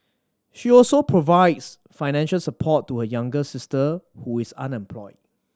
she also provides financial support to her younger sister who is unemployed